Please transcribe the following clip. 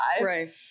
right